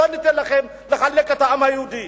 לא ניתן לכם לחלק את העם היהודי.